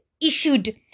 issued